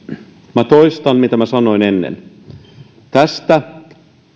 minä toistan mitä minä sanoin aiemmin tästä